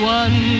one